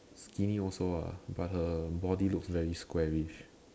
skinny also ah but her body look very squarish